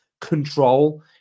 control